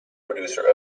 producer